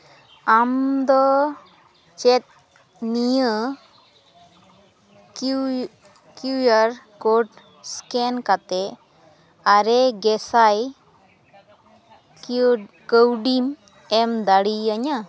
ᱟᱢ ᱫᱚ ᱪᱮᱫ ᱱᱤᱭᱟᱹ Q Q R code scan ᱠᱟᱛᱮᱫ ᱟᱨᱮ ᱜᱮᱥᱟᱭ ᱠᱟᱹᱣᱰᱤᱢ ᱮᱢ ᱫᱟᱲᱮᱭᱟᱹᱧᱟᱹ